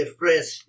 fresh